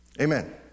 Amen